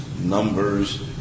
numbers